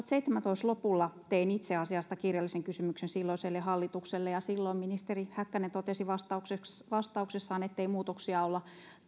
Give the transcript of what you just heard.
kaksituhattaseitsemäntoista lopulla tein itse asiasta kirjallisen kysymyksen silloiselle hallitukselle ja silloin ministeri häkkänen totesi vastauksessaan vastauksessaan ettei muutoksia olla